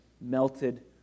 melted